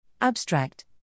Abstract